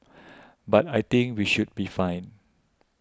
but I think we should be fine